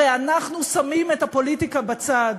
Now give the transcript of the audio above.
הרי אנחנו שמים את הפוליטיקה בצד